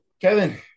Kevin